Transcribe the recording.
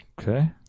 Okay